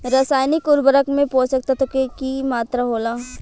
रसायनिक उर्वरक में पोषक तत्व के की मात्रा होला?